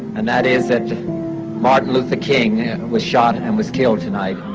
and that is that martin luther king and was shot and was killed tonight